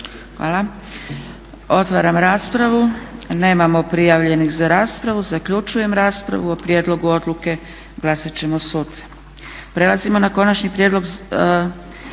Hvala. Otvaram raspravu. Nemamo prijavljenih za raspravu. Zaključujem raspravu. O prijedlogu odluke glasat ćemo sutra. **Leko, Josip (SDP)** Prijedlog